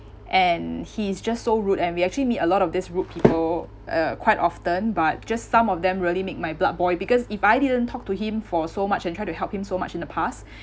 and he is just so rude and we actually meet a lot of this rude people uh quite often but just some of them really make my blood boil because if I didn't talk to him for so much and try to help him so much in the past